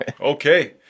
okay